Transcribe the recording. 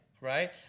right